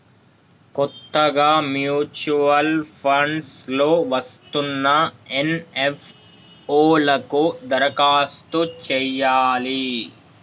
కొత్తగా mutual funds లో వస్తున్న ఎన్.ఎఫ్.ఓ లకు దరఖాస్తు చేయాలి